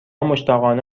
مشتاقانه